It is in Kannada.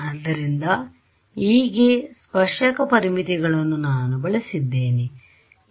ಆದ್ದರಿಂದE ಗೆ ಸ್ಪರ್ಶ ಕ ಪರಿಮಿತಿಗಳನ್ನು ನಾನು ಬಳಸಿದ್ದೇನೆ